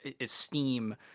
esteem